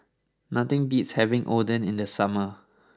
nothing beats having Oden in the summer